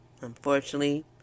unfortunately